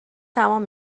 تمام